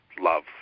love